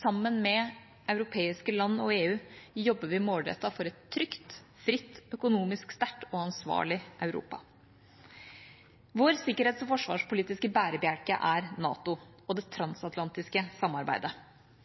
Sammen med europeiske land og EU jobber vi målrettet for et trygt, fritt, økonomisk sterkt og ansvarlig Europa. Vår sikkerhets- og forsvarspolitiske bærebjelke er NATO og det transatlantiske samarbeidet.